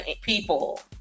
people